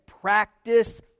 Practice